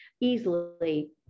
easily